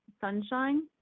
Sunshine